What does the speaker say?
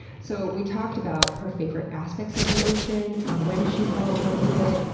so we talked about her favorite aspects of the ocean, when she fell in love with it,